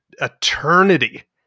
eternity